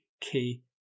key